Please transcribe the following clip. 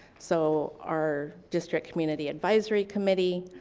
so our district community advisory committee.